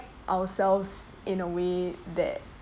ourselves in a way that